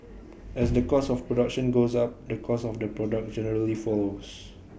as the cost of production goes up the cost of the product generally follows